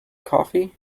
coffee